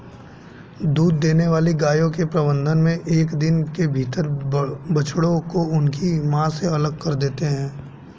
दूध देने वाली गायों के प्रबंधन मे एक दिन के भीतर बछड़ों को उनकी मां से अलग कर देते हैं